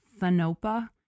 Thanopa